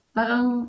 parang